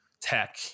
tech